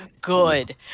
good